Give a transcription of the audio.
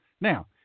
Now